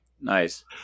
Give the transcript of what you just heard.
Nice